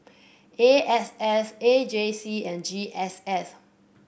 A S S A J C and G S S